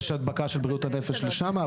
יש הדבקה של בריאות הנפש לשם,